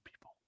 people